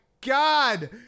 God